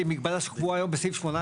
כי ברגע שיהיה לך יותר ועדות עצמאיות,